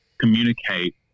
communicate